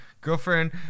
Girlfriend